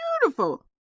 beautiful